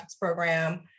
program